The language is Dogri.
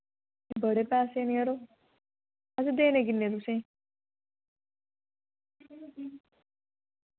बड़े पैसे न यरो असैं देने किन्ने तुसें